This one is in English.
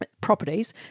properties